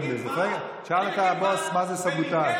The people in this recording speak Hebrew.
תשאל את הבוס מה זה סבוטז'.